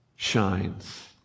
shines